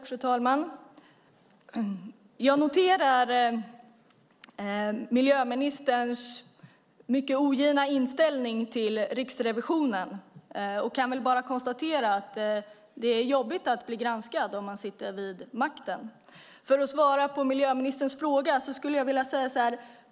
Fru talman! Jag noterar miljöministerns mycket ogina inställning till Riksrevisionen. Jag kan bara konstatera att det är jobbigt att bli granskad när man sitter vid makten. Jag ska svara på miljöministerns fråga.